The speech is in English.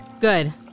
Good